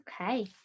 Okay